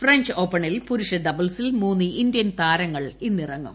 French ഓപ്പണിൽ പുരുഷ ഡബിൾിൽ മൂന്നു ഇന്ത്യൻ താരങ്ങൾ ഇന്നിറങ്ങും